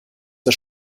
das